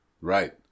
Right